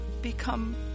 become